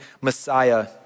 Messiah